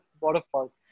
waterfalls